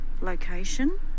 location